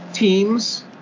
teams